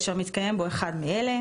אשר מתקיים בו אחד מאלה: